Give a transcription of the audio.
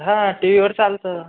हा टी व्हीवर चालतं